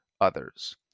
others